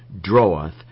draweth